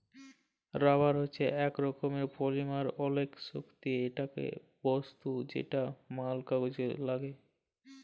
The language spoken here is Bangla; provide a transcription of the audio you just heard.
রাবার হচ্যে ইক রকমের পলিমার অলেক শক্ত ইকটা বস্তু যেটা ম্যাল কাজে লাগ্যে